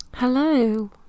hello